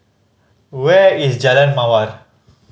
where is Jalan Mawar